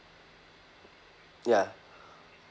ya